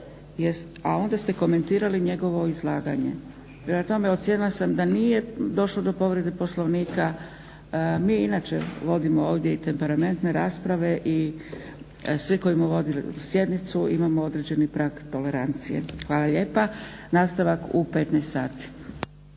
a onda ste komentirali njegovo izlaganje. Prema tome, ocijenila sam da nije došlo do povrede Poslovnika. Mi i inače vodimo ovdje i temperamentne rasprave i svi koji vodimo sjednicu imamo određeni prag tolerancije. Hvala lijepa. Nastavak u 15,00 sati.